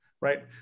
right